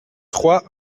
trois